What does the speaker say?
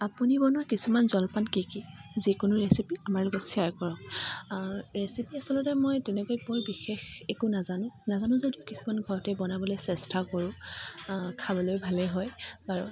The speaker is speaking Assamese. আপুনি বনোৱা কিছুমান জলপান কি কি যিকোনো ৰেচিপি আমাৰ লগত চেয়াৰ কৰক ৰেচিপি আচলতে মই তেনেকৈ বৰ বিশেষ একো নাজানোঁ নাজানোঁ যদিও কিছুমান ঘৰতে বনাবলৈ চেষ্টা কৰোঁ খাবলৈও ভালেই হয় বাৰু